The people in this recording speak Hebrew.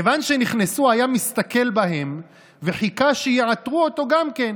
כיוון שנכנסו היה מסתכל בהם וחיכה שיעטרו אותו גם כן.